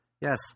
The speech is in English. Yes